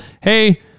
Hey